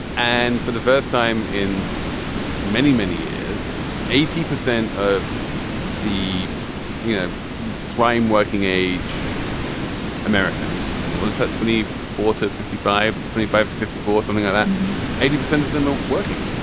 and for the first time in many many years eighty percent of the you know prime working age americans was ah twenty forty fifty five twenty five to fifty four something of that eighty percent of them ah working